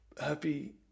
happy